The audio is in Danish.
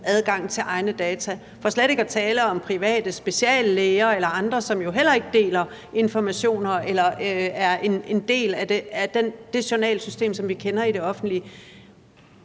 adgang til egne data – for slet ikke at tale om data fra private speciallæger og andre, som jo heller ikke deler informationer eller er en del af det journalsystem, som vi kender i det offentlige.